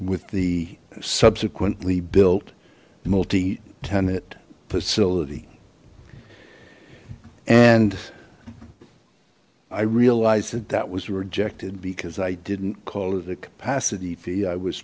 with the subsequently built multi tenant facility and i realized that that was rejected because i didn't call it a capacity fee i was